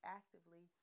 actively